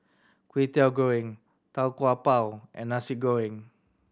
Kway Teow Goreng Tau Kwa Pau and Nasi Goreng